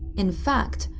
in fact,